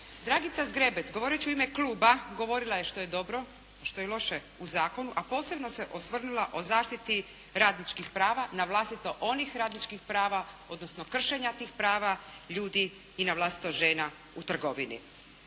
Dragica Zgrebec govoreći u ime kluba govorila je što je dobro, što je loše u zakonu a posebno se osvrnula o zaštiti radničkih prava na vlastito onih radničkih prava odnosno kršenja tih prava ljudi i na vlastito žena u trgovini.